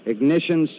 Ignition